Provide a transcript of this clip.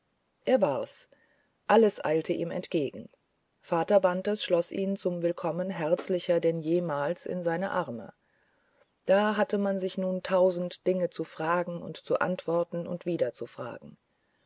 er war's alles eilte ihm entgegen vater bantes schloß ihn zum willkommen herzlicher denn jemals in seine arme da hatte man sich nun tausend dinge zu fragen und zu antworten und wieder zu fragen